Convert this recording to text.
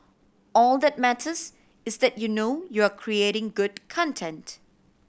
all that matters is that you know you're creating good content